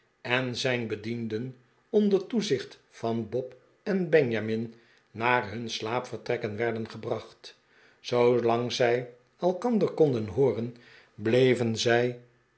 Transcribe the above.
en zijn bedienden onder toezicht van bob en benjamin naar hun slaapvertrekken werden gebracht zoolang zij elkander konden hooren bleven zij